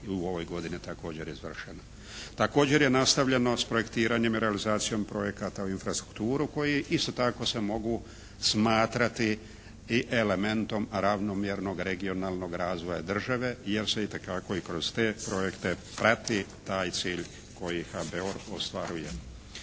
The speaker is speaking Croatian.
i u ovoj godini također izvršena. Također je nastavljeno s projektiranjem i realizacijom projekata u infrastrukturu koji isto tako se mogu smatrati i elementom ravnomjernog, regionalnog razvoja države jer se itekako i kroz te projekte prati taj cilj kojeg HBOR ostvaruje.